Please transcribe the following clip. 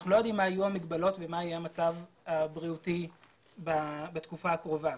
אנחנו לא יודעים מה יהיו המגבלות ומה יהיה המצב הבריאותי בתקופה הקרובה.